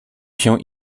się